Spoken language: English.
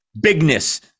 bigness